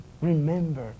Remember